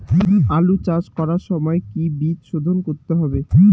আলু চাষ করার সময় কি বীজ শোধন করতে হবে?